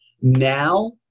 now